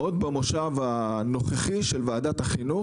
עוד במושב הנוכחי של ועדת החינוך,